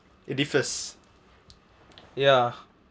the first ya